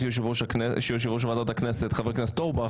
יושב-ראש ועדת הכנסת חבר הכנסת אורבך